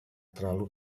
terlalu